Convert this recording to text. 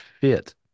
fit